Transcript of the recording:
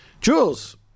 Jules